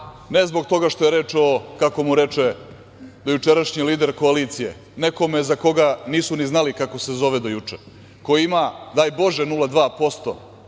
Ne zbog toga što je reč o, kako mu reče dojučerašnji lider koalicije, nekome za koga nisu ni znali kako se zove do juče, koji ima, daj Bože, 0,2%